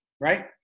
right